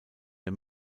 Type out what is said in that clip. der